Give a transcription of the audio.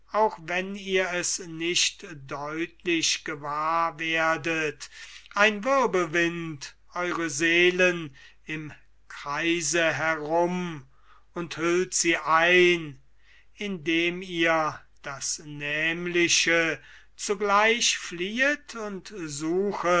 auch wenn ihr es nicht deutlich gewahr werdet ein wirbelwind eure seelen im kreise herum und hüllt sie ein indem ihr das nämliche zugleich fliehet und suchet